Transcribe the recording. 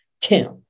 Kim